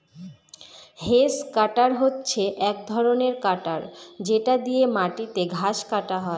hedge cutter হচ্ছে এক ধরনের কাটার যেটা দিয়ে মাটিতে ঘাস কাটা হয়